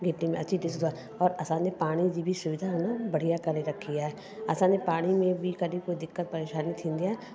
meeting में अची ॾिसंदो आहे और असांजे पाणी जी बि सुविधा न बढ़िया कराए रखी आहे असांजे पाणी में बि कॾहिं कोई दिक़त परेशानी थींदी आहे